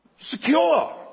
Secure